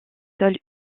sols